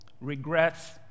Regrets